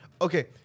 Okay